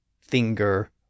finger